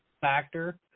factor